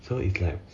so it's like